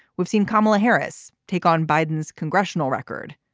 we've seen kamala harris take on biden's congressional record.